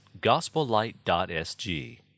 gospellight.sg